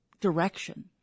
direction